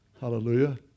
Hallelujah